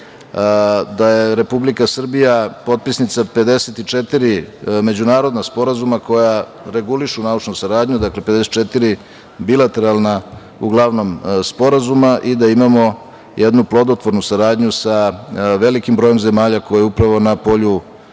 da je Republika Srbija potpisnica 54 međunarodna sporazuma koja regulišu naučnu saradnju. Dakle, 54 bilateralna, uglavnom, sporazuma i da imamo jednu plodotvornu saradnju sa velikim brojem zemalja koje upravo na polju